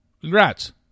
congrats